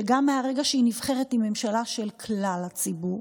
שגם מהרגע שהיא נבחרת היא ממשלה של כלל הציבור.